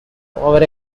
over